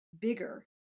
bigger